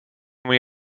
muy